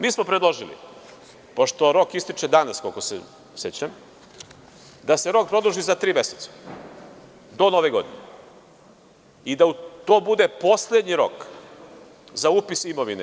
Mi smo predložili pošto rok ističe danas, koliko se sećam, da se rok produži za tri meseca, do Nove godine i da to bude poslednji rok za upis javne imovine.